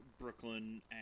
Brooklyn